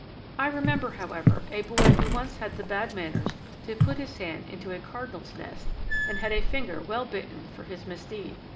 i remember, however, a boy who once had the bad manners to put his hand into a cardinal's nest and had a finger well bitten for his misdeed.